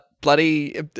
bloody